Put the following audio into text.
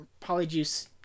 Polyjuice